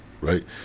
right